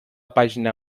pàgina